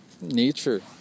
nature